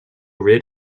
rid